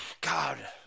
god